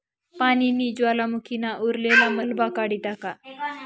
पानीनी ज्वालामुखीना उतरलेल मलबा काढी टाका